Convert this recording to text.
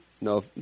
No